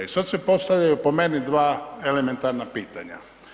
I sad se postavljaju, po meni, dva elementarna pitanja.